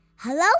Hello